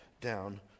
down